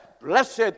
Blessed